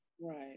Right